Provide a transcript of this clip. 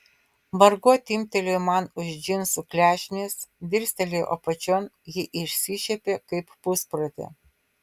margo timptelėjo man už džinsų klešnės dirstelėjau apačion ji išsišiepė kaip pusprotė